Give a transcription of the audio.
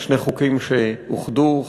אלה שני חוקים שאוחדו,